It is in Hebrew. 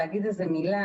להגיד איזו מילה,